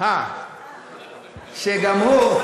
שגם הוא,